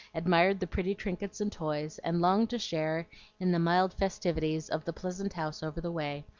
admired the pretty trinkets and toys, and longed to share in the mild festivities of the pleasant house over the way,